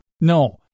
No